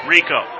Rico